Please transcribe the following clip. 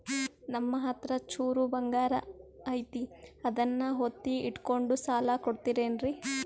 ನಮ್ಮಹತ್ರ ಚೂರು ಬಂಗಾರ ಐತಿ ಅದನ್ನ ಒತ್ತಿ ಇಟ್ಕೊಂಡು ಸಾಲ ಕೊಡ್ತಿರೇನ್ರಿ?